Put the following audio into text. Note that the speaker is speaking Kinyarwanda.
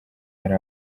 hari